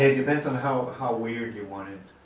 ah depends on how how weird you want it